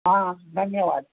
હા ધન્યવાદ